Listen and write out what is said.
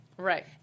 Right